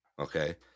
Okay